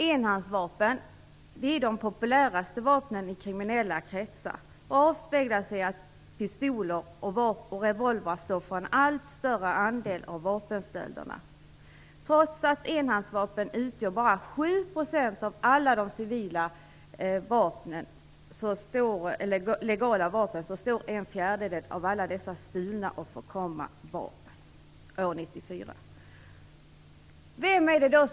Enhandsvapen är de populäraste vapnen i kriminella kretsar, vilket avspeglar sig i att pistoler och revolvrar står för en allt större andel av vapenstölderna. Trots att enhandsvapen utgör bara 7 % av alla legala vapen stod de för en fjärdedel av alla stulna och förkomna vapen år 1994.